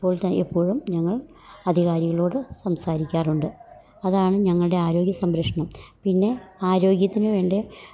ഇപ്പോഴത്തെ എപ്പോഴും ഞങ്ങൾ അധികാരികളോടു സംസാരിക്കാറുണ്ട് അതാണ് ഞങ്ങളുടെ ആരോഗ്യ സംരക്ഷണം പിന്നെ ആരോഗ്യത്തിനു വേണ്ട